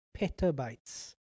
petabytes